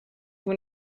when